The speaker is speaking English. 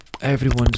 Everyone's